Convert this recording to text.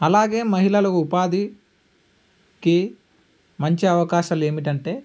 అలాగే మహిళలు ఉపాధికి మంచి అవకాశాలు ఏమిటంటే